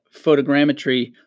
photogrammetry